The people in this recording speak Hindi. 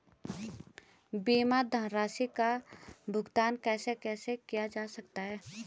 बीमा धनराशि का भुगतान कैसे कैसे किया जा सकता है?